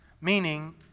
Meaning